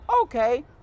okay